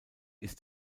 ist